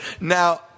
now